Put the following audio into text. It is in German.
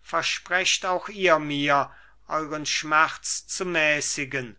versprecht auch ihr mir euren schmerz zu mäßigen